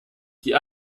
die